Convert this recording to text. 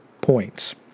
points